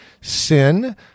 sin